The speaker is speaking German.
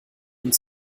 und